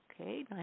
Okay